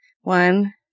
one